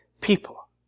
people